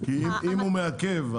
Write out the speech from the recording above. כי אם הוא מעכב,